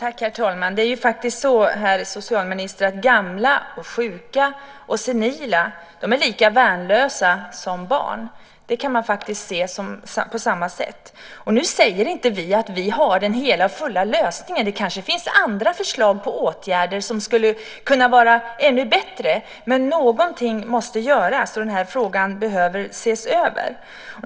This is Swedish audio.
Herr talman! Det är så, herr socialminister, att gamla, sjuka och senila är lika värnlösa som barn. Man kan faktiskt se det på samma sätt. Nu säger inte vi att vi har den hela och fulla lösningen. Det kanske finns andra förslag på åtgärder som skulle kunna vara ännu bättre, men någonting måste göras, och den här frågan behöver ses över.